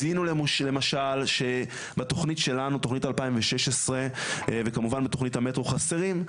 אז זיהינו למשל שבתוכנית שלנו תכנית 2016 וכמובן בתוכנית המטרו חסרים,